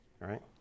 right